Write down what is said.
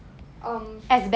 um